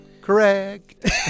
Correct